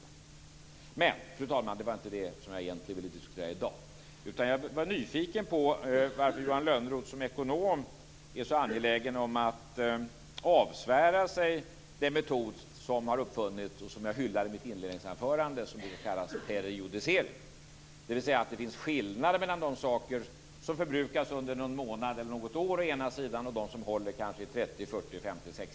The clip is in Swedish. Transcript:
Fru talman! Det var egentligen inte detta som jag ville diskutera i dag. I stället var jag nyfiken på varför Johan Lönnroth som ekonom är så angelägen om att avsvära sig den metod som har uppfunnits och som jag hyllar i mitt inledningsanförande, dvs. det som kallas för periodisering. Det innebär att det finns skillnader mellan å ena sidan de saker som förbrukas under någon månad eller något år, å andra sidan de som håller i kanske 30-60 år.